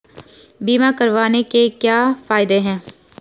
बीमा करवाने के क्या फायदे हैं?